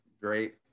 great